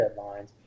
deadlines